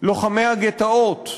לוחמי הגטאות.